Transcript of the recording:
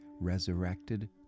resurrected